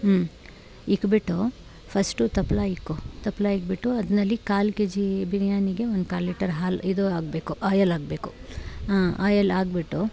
ಹ್ಞೂ ಇಕ್ಬಿಟ್ಟು ಫಸ್ಟು ತಪ್ಲೆ ಇಕ್ಕೊ ತಪ್ಪಲೆ ಇಕ್ಬಿಟ್ಟು ಅದ್ರಲ್ಲಿ ಕಾಲು ಕೆ ಜಿ ಬಿರಿಯಾನಿಗೆ ಒಂದು ಕಾಲು ಲೀಟರ್ ಹಾಲು ಇದು ಹಾಕ್ಬೇಕು ಆಯಲ್ ಹಾಕ್ಬೇಕು ಆಯಲ್ ಹಾಕ್ಬಿಟ್ಟು